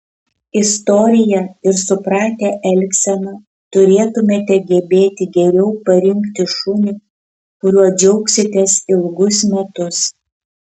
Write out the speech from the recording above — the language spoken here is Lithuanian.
istoriją ir supratę elgseną turėtumėte gebėti geriau parinkti šunį kuriuo džiaugsitės ilgus metus